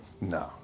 No